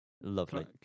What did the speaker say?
Lovely